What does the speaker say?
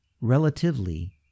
relatively